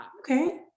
Okay